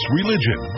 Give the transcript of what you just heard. religion